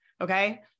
Okay